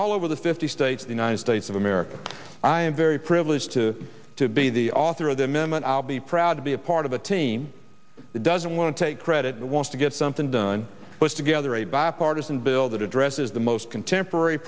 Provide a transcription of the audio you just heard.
all over the fifty states the united states of america i am very privileged to to be the author of them him and i'll be proud to be a part of a team that doesn't want to take credit wants to get something done but together a bipartisan bill that addresses the most contemporary